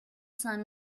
cinq